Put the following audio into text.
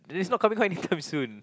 it is not coming out anytime soon